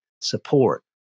support